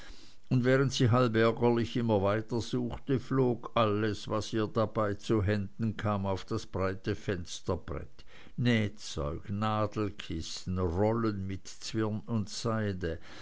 und während sie halb ärgerlich immer weiter suchte flog alles was ihr dabei zu händen kam auf das breite fensterbrett nähzeug nadelkissen rollen mit zwirn und seide